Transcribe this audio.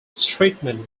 treatment